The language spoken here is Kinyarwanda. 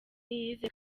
yize